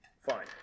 Fine